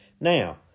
Now